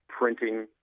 printing